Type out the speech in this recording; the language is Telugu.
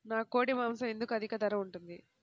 నాకు కోడి మాసం ఎందుకు అధిక ధర ఉంటుంది?